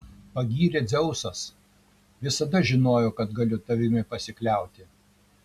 pagyrė dzeusas visada žinojau kad galiu tavimi pasikliauti